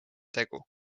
tegu